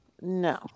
No